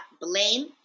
blame